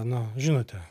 na žinote